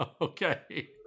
Okay